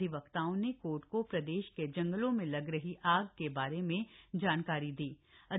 अधिवक्ताओं ने कोर्ट को प्रदेश के जंगलों में लग रही आग के बारे में अवगत कराया